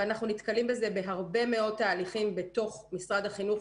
אנחנו נתקלים בזה בהרבה מאוד תהליכים בתוך משרד החינוך,